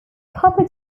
copper